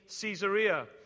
Caesarea